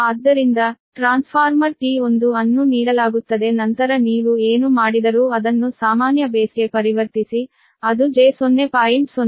ಆದ್ದರಿಂದ transformer T1 ಅನ್ನು ನೀಡಲಾಗುತ್ತದೆ ನಂತರ ನೀವು ಏನು ಮಾಡಿದರೂ ಅದನ್ನು ಸಾಮಾನ್ಯ ಬೇಸ್ಗೆ ಪರಿವರ್ತಿಸಿ ಅದು j0